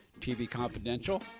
tvconfidential